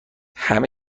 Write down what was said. همه